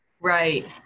Right